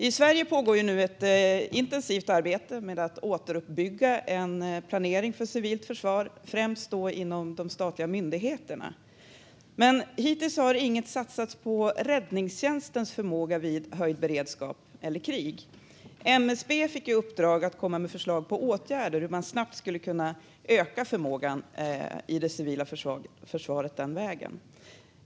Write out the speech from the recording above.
I Sverige pågår nu ett intensivt arbete med att återuppbygga en planering för civilt försvar, främst inom de statliga myndigheterna. Men hittills har inget satsats på räddningstjänstens förmåga vid höjd beredskap eller krig. MSB fick i uppdrag att komma med förslag till åtgärder och hur man snabbt skulle kunna öka förmågan i det civila försvaret den vägen.